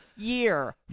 year